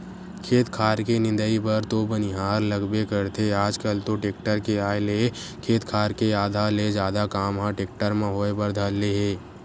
खेत खार के निंदई बर तो बनिहार लगबे करथे आजकल तो टेक्टर के आय ले खेत खार के आधा ले जादा काम ह टेक्टर म होय बर धर ले हे